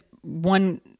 one